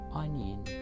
onion